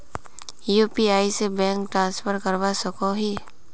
UPI से bank transfer करवा सकोहो ही?